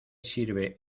sirve